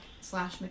slash